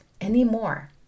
anymore